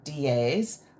DAs